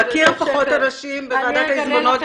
מכיר פחות את האנשים בוועדת העיזבונות,